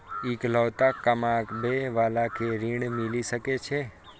इकलोता कमाबे बाला के ऋण मिल सके ये?